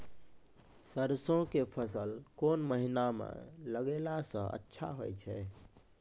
सरसों के फसल कोन महिना म लगैला सऽ अच्छा होय छै?